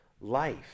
life